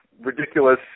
ridiculous